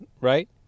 right